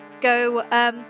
go